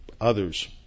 others